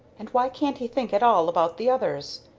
and why can't he think at all about the others?